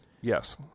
Yes